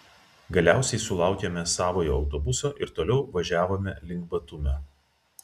galiausiai sulaukėme savojo autobuso ir toliau važiavome link batumio